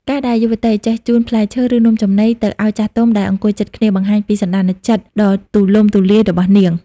ការដែលយុវតីចេះ "ជូនផ្លែឈើ ឬនំចំណី" ទៅឱ្យចាស់ទុំដែលអង្គុយជិតគ្នា បង្ហាញពីសណ្ដានចិត្តដ៏ទូលំទូលាយរបស់នាង។